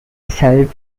self